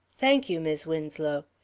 thank you, mis' winslow.